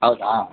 ಹೌದಾ